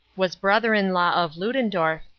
was brother-in-law of ludendorff,